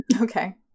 Okay